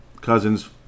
Cousins